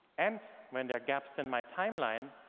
and when there are gaps in my timeline,